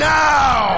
now